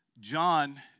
John